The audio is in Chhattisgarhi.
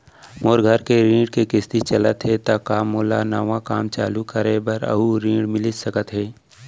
मोर घर के ऋण के किसती चलत हे ता का मोला नवा काम चालू करे बर अऊ ऋण मिलिस सकत हे?